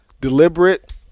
deliberate